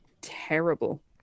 terrible